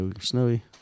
Snowy